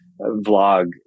vlog